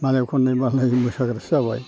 मालाय खननाय मा लाय मोसाग्रासो जाबाय